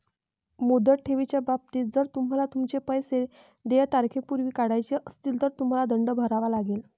मुदत ठेवीच्या बाबतीत, जर तुम्हाला तुमचे पैसे देय तारखेपूर्वी काढायचे असतील, तर तुम्हाला दंड भरावा लागेल